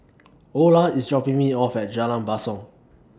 Orla IS dropping Me off At Jalan Basong